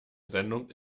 sendung